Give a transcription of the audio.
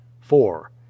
four